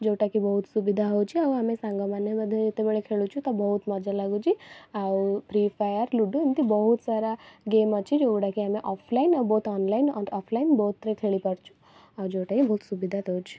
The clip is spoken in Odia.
ଯେଉଁଟାକି ବହୁତ ସୁବିଧା ହେଉଛି ଆଉ ଆମେ ସାଙ୍ଗମାନେ ମଧ୍ୟ ଯେତେବେଳେ ଖେଳୁଛୁ ତ ବହୁତ ମଜା ଲାଗୁଛି ଆଉ ଫ୍ରି ଫାୟାର୍ ଲୁଡ଼ୁ ଏମିତି ବହୁତ ସାରା ଗେମ୍ ଅଛି ଯେଉଁଗୁଡ଼ା କି ଆମେ ଅଫଲାଇନ୍ ଆଉ ବୋଥ୍ ଅନଲାଇନ୍ ଅଫଲାଇନ୍ ବୋଥ୍ରେ ଖେଳିପାରୁଛୁ ଆଉ ଯେଉଁଟାକି ବହୁତ ସୁବିଧା ଦେଉଛି